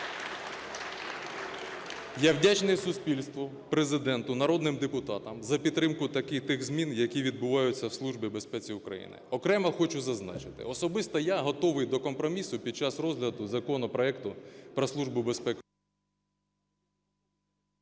Я вдячний суспільству, Президенту, народним депутатам за підтримку тих змін, які відбуваються у Службі безпеки України. Окремо хочу зазначити, особисто я готовий до компромісу під час розгляду законопроекту про Службу безпеки…